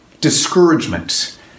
discouragement